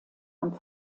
und